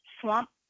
swamp